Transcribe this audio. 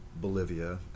bolivia